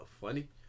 funny